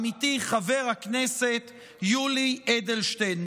עמיתי חבר הכנסת יולי אדלשטיין.